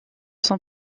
son